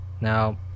Now